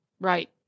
Right